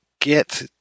get